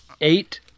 eight